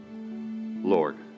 Lord